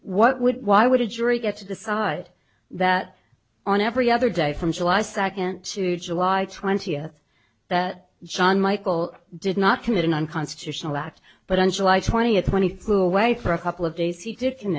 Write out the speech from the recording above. what would why would a jury get to decide that on every other day from july second to july twentieth that john michael did not commit an unconstitutional act but on july twentieth twenty flew away for a couple of days he did c